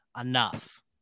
enough